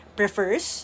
prefers